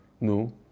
No